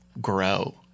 grow